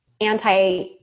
anti